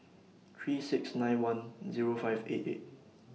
three six nine one Zero five eight eight